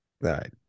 right